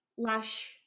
Lush